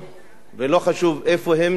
ולא חשוב איפה הם נמצאים,